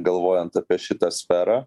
galvojant apie šitą sferą